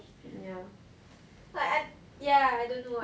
like I ya I don't know ah